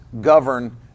govern